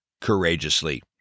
courageously